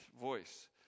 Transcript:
voice